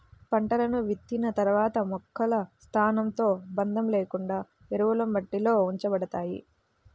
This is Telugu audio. పంటలను విత్తిన తర్వాత మొక్కల స్థానంతో సంబంధం లేకుండా ఎరువులు మట్టిలో ఉంచబడతాయి